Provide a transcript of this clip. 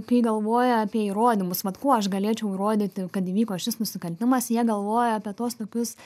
kai galvoja apie įrodymus vat kuo aš galėčiau įrodyti kad įvyko šis nusikaltimas jie galvoja apie tuos tokius